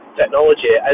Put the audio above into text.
technology